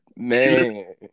Man